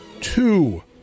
two